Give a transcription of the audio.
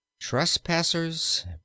Trespassers